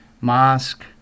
mosque